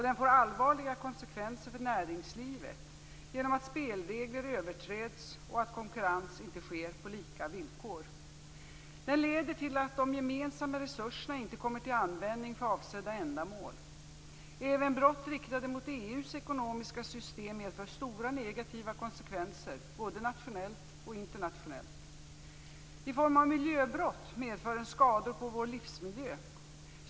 Den får allvarliga konsekvenser för näringslivet genom att spelregler överträds och att konkurrens inte sker på lika villkor. Den leder till att de gemensamma resurserna inte kommer till användning för avsedda ändamål. Även brott riktade mot EU:s ekonomiska system medför stora negativa konsekvenser både nationellt och internationellt. I form av miljöbrott medför den skador på vår livsmiljö.